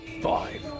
Five